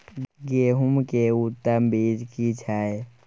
गेहूं के उत्तम बीज की छै?